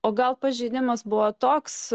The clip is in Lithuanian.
o gal pažeidimas buvo toks